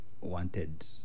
wanted